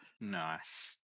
Nice